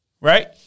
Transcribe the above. right